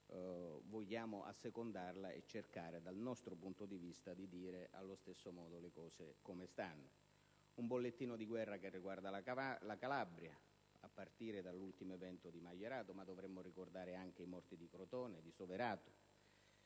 vogliamo assecondarla e cercare, dal nostro punto di vista, di dire allo stesso modo le cose come stanno. Si tratta di un bollettino di guerra che riguarda la Calabria, a partire dall'ultimo evento di Maierato, ma dovremmo ricordare anche i morti di Crotone e di Soverato;